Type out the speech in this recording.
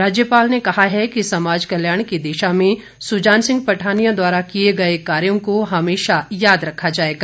राज्यपाल ने कहा है कि समाज कल्याण की दिशा में सुजान सिंह पठानिया द्वारा किए गए कार्यों को हमेशा याद रखा जाएगा